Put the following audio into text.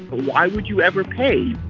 why would you ever pay?